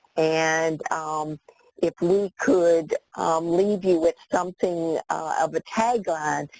and um if we could leave you with something of a tagline,